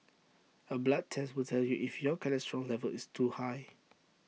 A blood test will tell you if your cholesterol level is too high